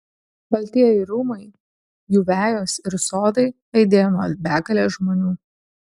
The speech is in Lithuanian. baltieji rūmai jų vejos ir sodai aidėjo nuo begalės žmonių